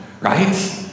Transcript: right